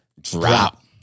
drop